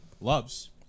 loves